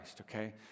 Okay